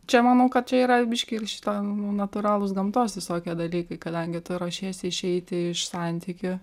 čia manau kad čia yra biškį ir šito natūralūs gamtos visokie dalykai kadangi tu ruošiesi išeiti iš santykių